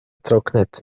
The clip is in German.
trocknet